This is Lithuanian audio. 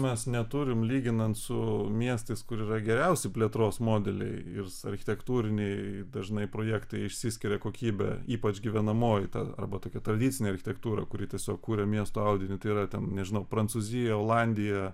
mes neturim lyginant su miestais kur yra geriausi plėtros modeliai ir architektūriniai dažnai projektai išsiskiria kokybe ypač gyvenamoji ta arba tokia tradicinė architektūra kuri tiesiog kuria miesto audinį tai yra ten nežinau prancūzija olandija